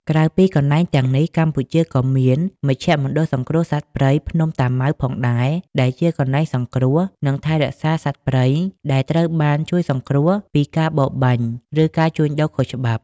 ក្រៅពីកន្លែងទាំងនេះ កម្ពុជាក៏មាន មជ្ឈមណ្ឌលសង្គ្រោះសត្វព្រៃភ្នំតាម៉ៅផងដែរ ដែលជាកន្លែងសង្គ្រោះ និងថែរក្សាសត្វព្រៃដែលត្រូវបានជួយសង្គ្រោះពីការបរបាញ់ ឬការជួញដូរខុសច្បាប់។